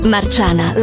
Marciana